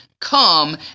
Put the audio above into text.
come